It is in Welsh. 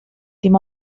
dim